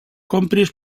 compris